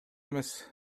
эмес